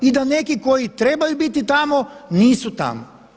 I da neki koji trebaju biti tamo nisu tamo.